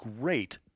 great